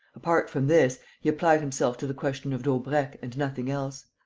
apart from this, he applied himself to the question of daubrecq and nothing else.